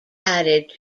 added